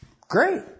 Great